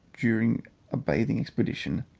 during a bathing expedition,